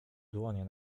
dłonie